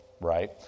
right